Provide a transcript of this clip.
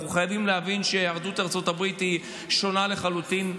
אנחנו חייבים להבין שיהדות ארצות הברית היא שונה לחלוטין,